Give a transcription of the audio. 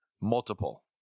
multiple